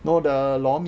no the lor mee lah